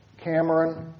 Cameron